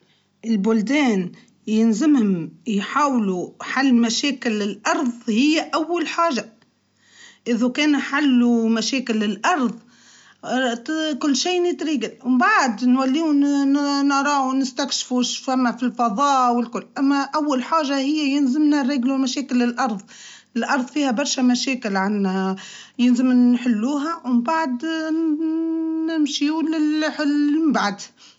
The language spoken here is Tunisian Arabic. هاتي تعطينا ناناااانحلو مشاكلنا إلي على وجه الأرض كان عطينا نحلوها هى الأولى قبل الفضاء مالفضاء هاذايا و ماستكشاف فضاء إذا كانو وصلنا إحنا حلينا مشاكل الكل هيكا من بعد كل شئ إين يصير نهاكه الوقت الفضاء ما هوش صعيب علينا أما إحنا صعيب كان حتى بيش نجمنننننن.